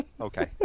Okay